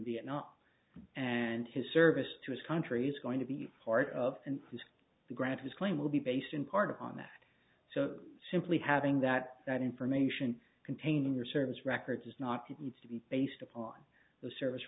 vietnam and his service to his country's going to be part of the grant his claim will be based in part on that so simply having that that information contained in your service records is not to need to be based upon the service